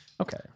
Okay